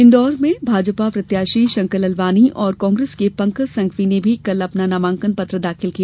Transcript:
इन्दौर में भाजपा प्रत्याशी शंकर ललवानी और कांग्रेस के पंकज संघवी ने भी कल अपना नामांकन पत्र दाखिल किया